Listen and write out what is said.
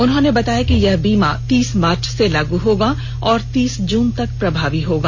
उन्होंने बताया कि यह बीमा तीस मार्च से लागू होगा और तीस जून तक प्रभावी होगा